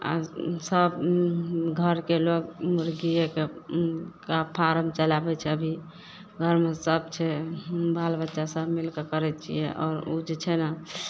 आओर सब घरके लोग मुर्गियेके का फार्म चलाबय छै अभी घरमे सब छै बाल बच्चा सब मिल कऽ करय छियै आओर उ जे छै ने